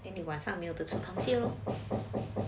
if you want 上面那个声音